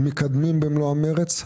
אנחנו מקדמים במלוא המרץ.